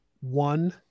one